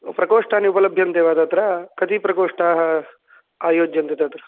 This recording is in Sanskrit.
प्रकोष्टानि उपलभ्यन्ते वा तत्र कति प्रकोष्टाः आयोज्यन्ते तत्र